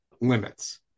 limits